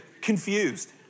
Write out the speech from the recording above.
confused